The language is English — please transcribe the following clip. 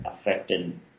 affected